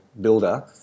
builder